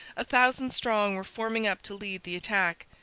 a thousand strong, were forming up to lead the attack.